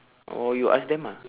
or you ask them ah